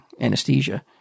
anesthesia